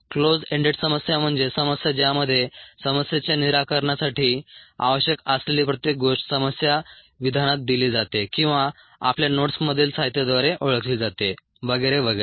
close ended समस्या म्हणजे समस्या ज्यामध्ये समस्येच्या निराकरणासाठी आवश्यक असलेली प्रत्येक गोष्ट समस्या विधानात दिली जाते किंवा आपल्या नोट्समधील साहित्याद्वारे ओळखली जाते वगैरे वगैरे